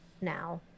now